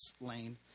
lane